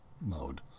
mode